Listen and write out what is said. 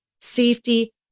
safety